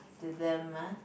to them lah